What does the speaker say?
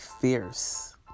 fierce